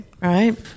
right